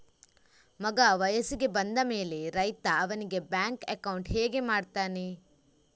ಮಗ ವಯಸ್ಸಿಗೆ ಬಂದ ಮೇಲೆ ರೈತ ಅವನಿಗೆ ಬ್ಯಾಂಕ್ ಅಕೌಂಟ್ ಹೇಗೆ ಮಾಡ್ತಾನೆ?